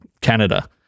Canada